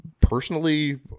Personally